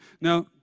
Now